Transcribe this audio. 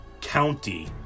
county